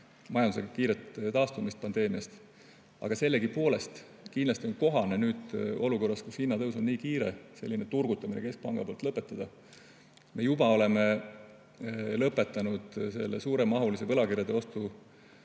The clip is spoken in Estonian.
majanduse kiiret taastumist pandeemiast. Aga sellegipoolest on kindlasti kohane nüüd olukorras, kus hinnatõus on nii kiire, selline turgutamine keskpanga poolt lõpetada. Me juba oleme lõpetanud suuremahulise võlakirjade ostu